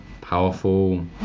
powerful